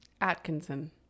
Atkinson